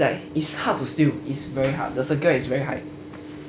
like it's hard to steal it's very hard the secure is very high